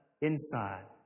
inside